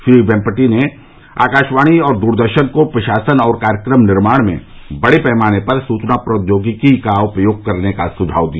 श्री वेम्पति ने आकाशवाणी और दूरदर्शन को प्रशासन और कार्यक्रम निर्माण में बड़े पैमाने पर सूचना प्रोद्योगिकी का उपयोग करने का सुझाव दिया